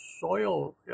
soil